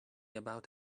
about